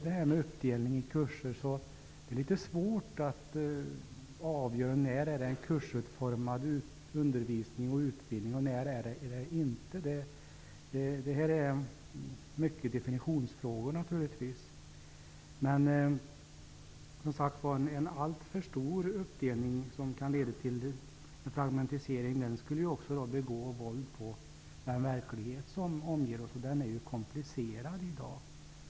Det är litet svårt att avgöra när det är fråga om en kursutformad undervisning och utbildning och när det inte är det. Det är naturligtvis i hög grad definitionsfrågor. En alltför stor uppdelning, som kan leda till en fragmentisering, skulle som sagt också begå våld på den verklighet som omger oss, och den är ju komplicerad i dag.